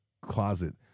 closet